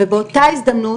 ובאותה הזדמנות,